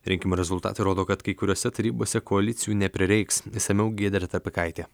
rinkimų rezultatai rodo kad kai kuriose tarybose koalicijų neprireiks išsamiau giedrė trapikaitė